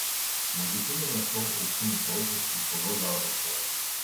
muzikiniame šou auksinis balsas ir toliau verda kovos